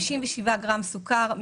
57 גרם סוכר,